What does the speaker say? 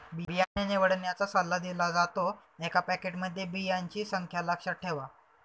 बियाणे निवडण्याचा सल्ला दिला जातो, एका पॅकेटमध्ये बियांची संख्या लक्षात ठेवा